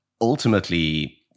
ultimately